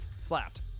Slapped